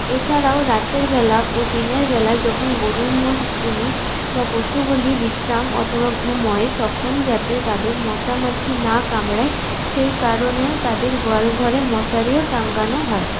এছাড়াও রাতেরবেলা ও দিনেরবেলায় যখন গরু মোষগুলি বা পশুগুলি বিশ্রাম অথবা ঘুমোয় তখন যাতে তাদের মশা মাছি না কামড়ায় সেই কারণেও তাদের গোয়াল ঘরে মশারিও টাঙ্গানো হয়